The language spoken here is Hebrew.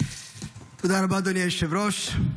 תודה רבה, אדוני היושב-ראש.